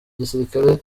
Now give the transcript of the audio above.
gisirikare